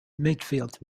midfield